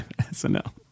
SNL